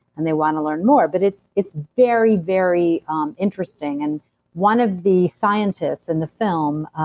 and they want to learn more. but it's it's very, very um interesting and one of the scientists in the film,